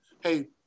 Hey